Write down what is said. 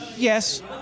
Yes